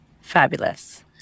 Fabulous